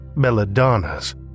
belladonna's